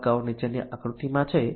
તબક્કાઓ નીચેની આકૃતિમાં છે